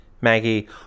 Maggie